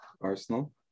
Arsenal